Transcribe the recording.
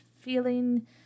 feeling